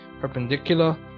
perpendicular